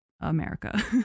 America